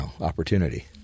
opportunity